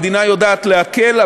המדינה יודעת להקל,